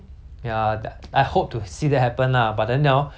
like among the three person that I chose right